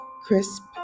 crisp